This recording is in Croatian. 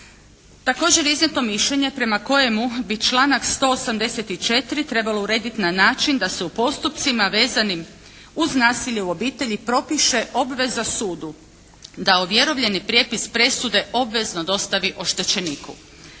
Također je iznijeto mišljenje prema kojemu bi članak 184. trebalo urediti na način da se u postupcima vezanim uz nasilje u obitelji propiše obveza sudu da ovjerovljeni prijepis presude obvezno dostavi oštećeniku.